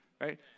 right